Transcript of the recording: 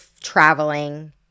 traveling